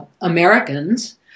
Americans